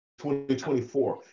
2024